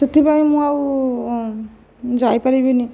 ସେଥିପାଇଁ ମୁଁ ଆଉ ଯାଇପାରିବିନି